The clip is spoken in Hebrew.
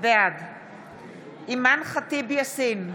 בעד אימאן ח'טיב יאסין,